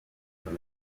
from